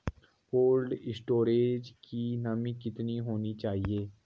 Cold storage की नमी कितनी होनी चाहिए?